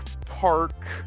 park